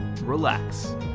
relax